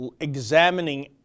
examining